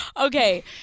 Okay